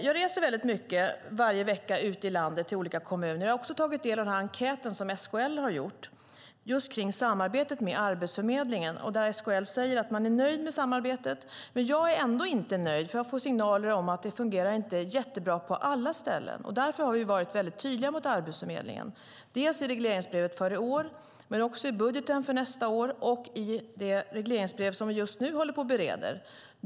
Jag reser väldigt mycket varje vecka till olika kommuner ute i landet. Jag har också tagit del av den enkät som SKL har gjort om samarbetet med Arbetsförmedlingen. SKL säger att man nöjd med samarbetet, men jag är ändå inte nöjd eftersom jag får signaler om att det inte fungerar jättebra på alla ställen. Därför har vi varit mycket tydliga mot Arbetsförmedlingen dels i regleringsbrevet för i år, dels i budgeten för nästa år och dels i det regleringsbrev som vi just nu bereder.